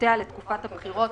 חשבונותיה לתקופת הבחירות